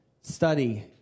study